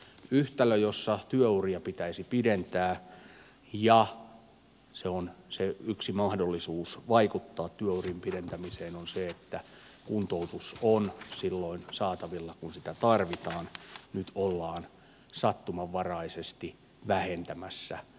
yhtälössä jossa työuria pitäisi pidentää ja se yksi mahdollisuus vaikuttaa työurien pidentämiseen on se että kuntoutus on silloin saatavilla kun sitä tarvitaan ollaan nyt sattumanvaraisesti vähentämässä kuntoutuksen määriä